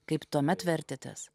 kaip tuomet vertėtės